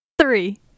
Three